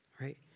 right